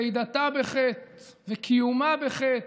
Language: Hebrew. לידתה בחטא וקיומה בחטא,